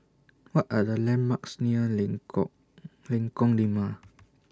What Are The landmarks near Lengkong Lengkong Lima